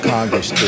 Congress